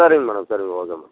சரிங்க மேடம் சரி okay madam